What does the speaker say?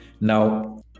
Now